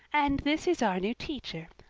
and this is our new teacher.